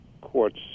courts